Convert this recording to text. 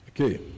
Okay